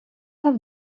have